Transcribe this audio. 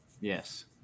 yes